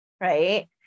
Right